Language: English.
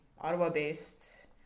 Ottawa-based